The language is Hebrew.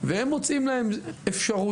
והם מוצאים להם אפשרויות,